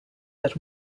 that